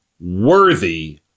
worthy